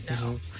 no